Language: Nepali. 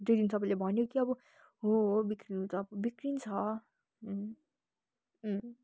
त्यो दिन सबैले भन्यो कि अब हो बिग्रिनु त अब बिग्रिन्छ